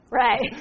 right